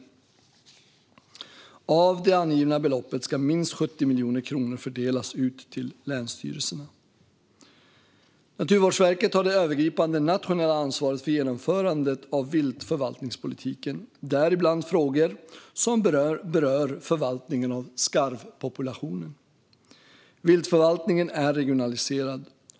Av det angivna beloppet ska minst 70 miljoner kronor fördelas ut till länsstyrelserna. Naturvårdsverket har det övergripande nationella ansvaret för genomförandet av viltförvaltningspolitiken, däribland frågor som berör förvaltningen av skarvpopulationen. Viltförvaltningen är regionaliserad.